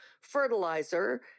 fertilizer